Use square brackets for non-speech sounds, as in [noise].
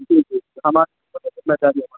جی جی ہم آپ [unintelligible]